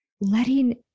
letting